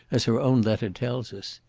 as her own letter tells us.